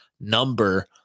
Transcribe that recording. number